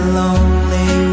lonely